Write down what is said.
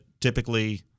typically